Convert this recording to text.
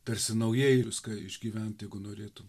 tarsi naujai viską išgyvent jeigu norėtų